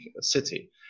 city